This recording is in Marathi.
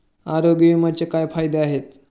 आरोग्य विम्याचे काय फायदे आहेत?